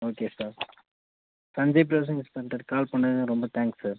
okay sir Sanjay browsing சென்டருக்கு call பண்ணதுக்கு ரொம்ப தேங்க்ஸ் சார்